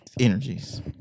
energies